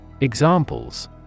Examples